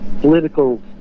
political